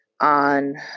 on